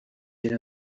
j’ai